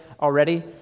already